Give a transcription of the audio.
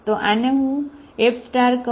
તો આને હું F કહું છું બરાબર